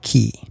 Key